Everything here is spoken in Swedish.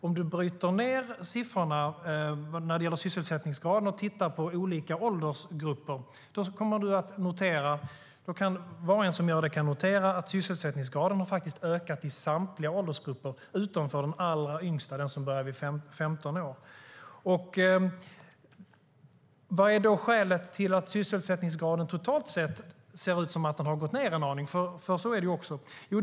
Om man bryter ned siffrorna för sysselsättningsgraden och tittar på olika åldersgrupper kan var och en som gör det notera att sysselsättningsgraden har ökat i samtliga åldersgrupper utom för de allra yngsta, gruppen som börjar vid 15 år. Vad är då skälet till att sysselsättningsgraden totalt sett verkar ha gått ned en aning, för så är det ju?